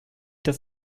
das